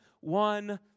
one